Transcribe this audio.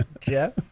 Jeff